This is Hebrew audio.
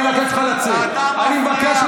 אני קורא לך לצאת, בבקשה.